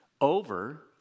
over